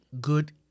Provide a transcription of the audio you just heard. good